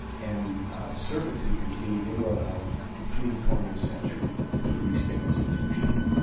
and servitude continued in rhode island, through the twentieth century, through the state institutions.